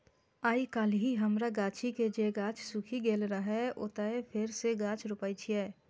आइकाल्हि हमरा गाछी के जे गाछ सूखि गेल रहै, ओतय फेर सं गाछ रोपै छियै